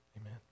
Amen